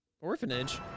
Orphanage